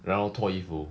然后脱衣服